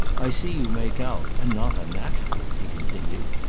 i see you make out, and not unnaturally, he continued,